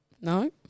No